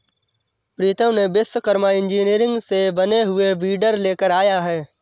प्रीतम ने विश्वकर्मा इंजीनियरिंग से बने हुए वीडर लेकर आया है